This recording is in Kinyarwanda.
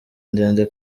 ndende